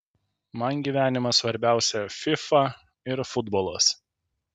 man gyvenime svarbiausia fifa ir futbolas